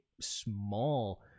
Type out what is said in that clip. small